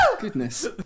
Goodness